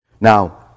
Now